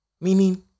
Meaning